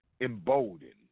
emboldened